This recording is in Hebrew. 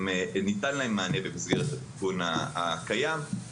מקבלים מענה במסגרת התיקון הקיים.